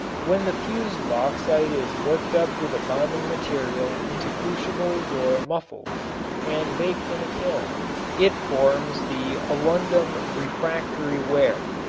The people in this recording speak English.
when the fused bauxite is worked up with a bonding material into crucibles or muffles and baked in a kiln it forms the alundum refractory ware.